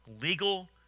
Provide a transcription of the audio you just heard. legal